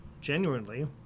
genuinely